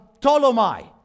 Ptolemy